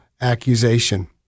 accusation